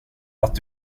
att